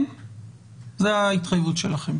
זו ההתחייבות שלכם,